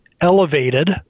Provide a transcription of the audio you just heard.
elevated